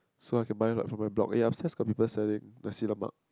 so I can buy like for my blog eh upstairs got people selling Nasi-Lemak